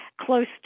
close